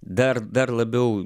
dar dar labiau